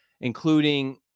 including